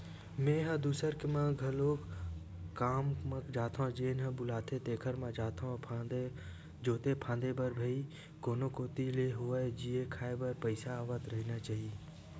मेंहा दूसर के म घलोक काम म जाथो जेन ह बुलाथे तेखर म जोते फांदे बर भई कोनो कोती ले होवय जीए खांए बर पइसा आवत रहिना चाही